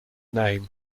name